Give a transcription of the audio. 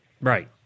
Right